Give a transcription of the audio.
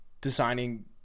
designing